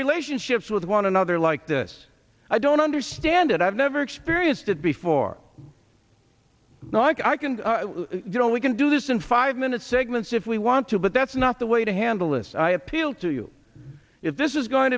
relationships with one another like this i don't understand it i've never experienced it before now i can you know we can do this in five minute segments if we want to but that's not the way to handle this i appeal to you if this is going